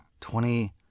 Twenty